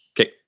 Okay